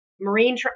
marine